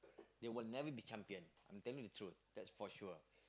they will never be champion I'm telling you the truth that's for sure